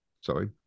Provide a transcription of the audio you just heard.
sorry